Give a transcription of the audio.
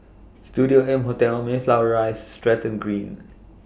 Studio M Hotel Mayflower Rise Stratton Green